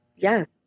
Yes